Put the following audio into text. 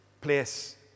place